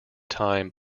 time